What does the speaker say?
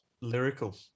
lyrical